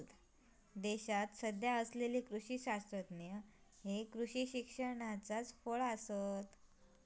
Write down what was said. देशात सध्या असलेले कृषी शास्त्रज्ञ हे कृषी शिक्षणाचाच फळ आसत